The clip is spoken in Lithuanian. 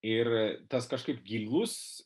ir tas kažkaip gilus